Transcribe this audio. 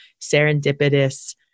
serendipitous